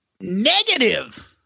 negative